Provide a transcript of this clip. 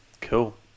Cool